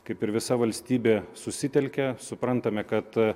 kaip ir visa valstybė susitelkė suprantame kad